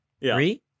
Three